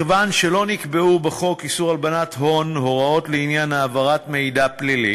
מכיוון שלא נקבעו בחוק איסור הלבנת הון הוראות לעניין העברת מידע פלילי